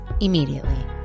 immediately